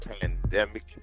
pandemic